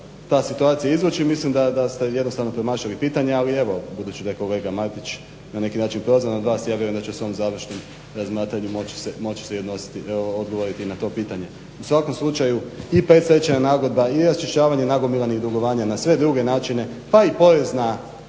U svakom slučaju i predstečajna nagodba i raščišćavanje nagomilanih dugovanja na sve druge načine pa i porez na